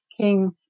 King